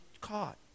caught